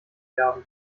werden